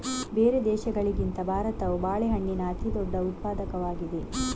ಬೇರೆ ದೇಶಗಳಿಗಿಂತ ಭಾರತವು ಬಾಳೆಹಣ್ಣಿನ ಅತಿದೊಡ್ಡ ಉತ್ಪಾದಕವಾಗಿದೆ